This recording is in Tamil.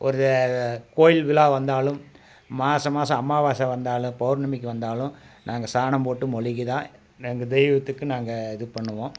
ஒரு கோயில் விழா வந்தாலும் மாசா மாசம் அம்மாவாசை வந்தாலும் பௌர்ணமிக்கு வந்தாலும் நாங்கள் சாணம் போட்டு மொழுகிதான் எங்கள் தெய்வத்துக்கு நாங்கள் இது பண்ணுவோம்